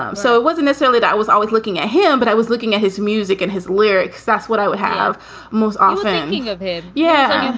um so it wasn't necessarily i was always looking at him, but i was looking at his music and his lyrics. that's what i would have most. i'm thinking of him yeah.